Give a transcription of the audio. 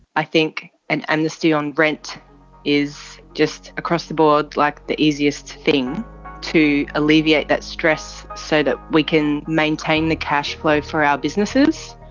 i think an amnesty on rent is just across the board. like the easiest. thing to alleviate that stress so that we can maintain the cash flow for our businesses.